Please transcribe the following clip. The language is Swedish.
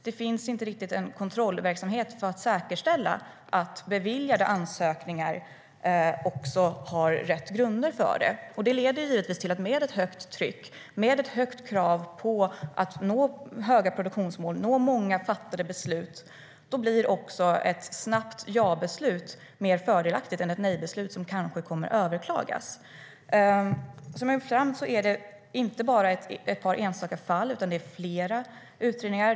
Det finns inte någon kontrollfunktion för att säkerställa att det finns rätt grunder för beviljade ansökningar. Med ett högt tryck, med höga krav på att nå höga produktionsmål, med många fattade beslut, blir också ett snabbt ja-beslut mer fördelaktigt än ett nej-beslut som kanske kommer att överklagas. Det här gäller inte bara ett par enstaka fall, utan det gäller flera utredningar.